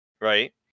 Right